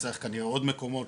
ונצטרך כנראה עוד מקומות